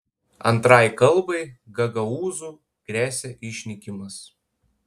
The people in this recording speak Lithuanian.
antrai kalbai gagaūzų gresia išnykimas